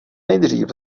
nejdřív